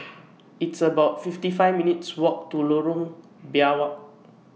It's about fifty five minutes' Walk to Lorong Biawak